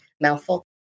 mouthful